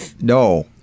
No